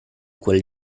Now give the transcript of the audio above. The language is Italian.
quel